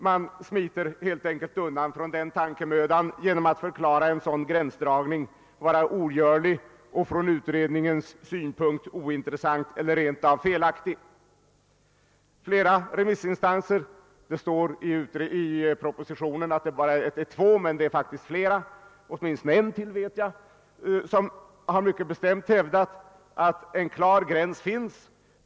Man smiter helt enkelt undan från den tankemödan genom att förklara en sådan gränsdragning vara ogörlig och från utredningens synpunkt ointressant eller rent av felaktig. Flera remissinstanser — det står i propositionen att det bara är två, men det är faktiskt flera, åtminstone en till enligt vad jag vet — har mycket bestämt hävdat att en klar gräns finns.